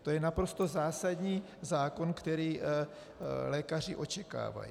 To je naprosto zásadní zákon, který lékaři očekávají.